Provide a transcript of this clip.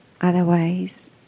otherwise